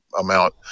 amount